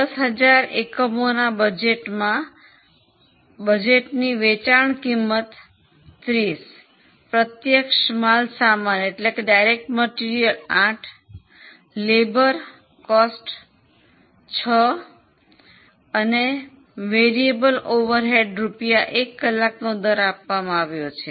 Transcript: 10000 એકમોના બજેટમાં વેચાણ કિંમત 30 પ્રત્યક્ષ માલ સામાન 8 મજૂરી 6 અને ચલિત પરોક્ષ રૂપિયા 1 કલાકનો દર આપવામાં આવ્યું છે